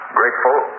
grateful